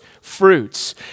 fruits